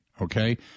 okay